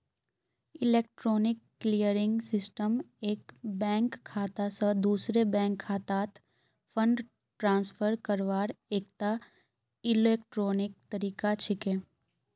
electronic clearing system एक bank खाता स दूसरे बैंक खातात फंड ट्रांसफर करवार एकता इलेक्ट्रॉनिक तरीका छिके